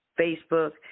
Facebook